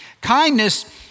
Kindness